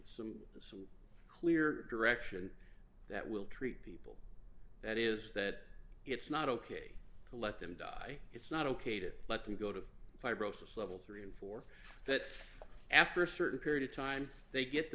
some sort of clear direction that will treat people that is that it's not ok to let them die it's not ok to let them go to fibrosis level three and four that after a certain period of time they get the